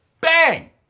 bang